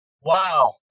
Wow